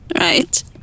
Right